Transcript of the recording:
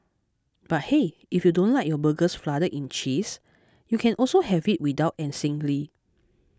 but hey if you don't like your burgers flooded in cheese you can also have it without and singly